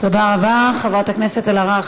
תודה רבה, חברת הכנסת אלהרר.